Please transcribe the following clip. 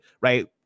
right